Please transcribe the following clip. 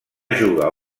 jugar